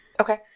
Okay